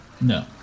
No